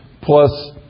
plus